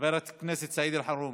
חבר הכנסת סעיד אלחרומי,